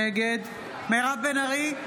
נגד מירב בן ארי,